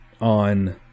on